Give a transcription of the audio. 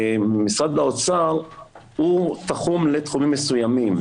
משרד האוצר הוא תחום לתחומים מסוימים.